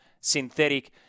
synthetic